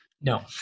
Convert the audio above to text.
No